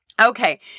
Okay